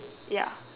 ya